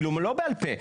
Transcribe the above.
לא בעל פה.